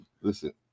Listen